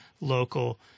local